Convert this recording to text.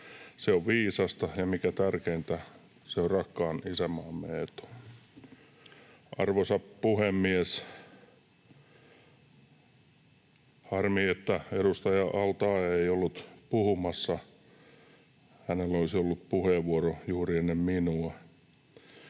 Se on viisasta, ja mikä tärkeintä, se on rakkaan isänmaamme etu. Arvoisa puhemies! Harmi, että edustaja al-Taee ei ollut puhumassa — hänellä olisi ollut puheenvuoro juuri ennen minua.